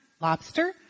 lobster